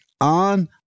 on